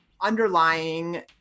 underlying